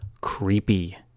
creepy